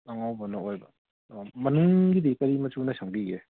ꯑꯉꯧꯕꯅ ꯑꯣꯏꯕ ꯑꯣ ꯃꯅꯤꯡꯒꯤꯗꯤ ꯀꯔꯤ ꯃꯆꯨꯅ ꯁꯪꯕꯤꯒꯦ